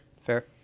Fair